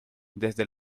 desde